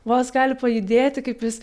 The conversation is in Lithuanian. vos gali pajudėti kaip jis